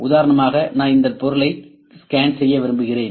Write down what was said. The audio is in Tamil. உதாரணமாக நான் இந்த பொருளை ஸ்கேன் செய்ய விரும்புகிறேன்